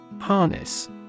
Harness